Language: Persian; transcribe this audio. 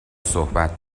صحبت